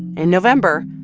in november,